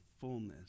fullness